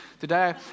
today